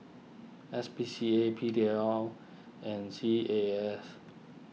S P C A P D L and C A A S